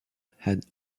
had